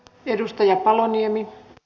arvoisa rouva puhemies